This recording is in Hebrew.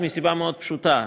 מסיבה מאוד פשוטה,